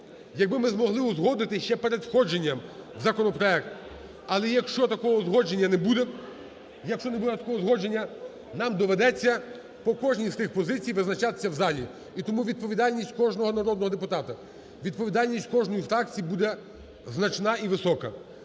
якби ми змогли узгодити ще перед входженням в законопроект. Але якщо такого узгодження не буде, якщо не буде такого узгодження, нам доведеться по кожній з тих позицій визначатися у залі. І тому відповідальність кожного народного депутата, відповідальність кожної фракції буде значна і висока.